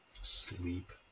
Sleep